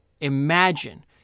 Imagine